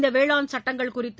இந்தவேளாண் சுட்டங்கள் குறித்து